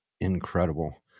incredible